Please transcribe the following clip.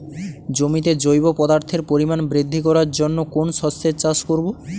জমিতে জৈব পদার্থের পরিমাণ বৃদ্ধি করার জন্য কোন শস্যের চাষ করবো?